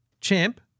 champ